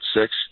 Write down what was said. Six